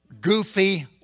goofy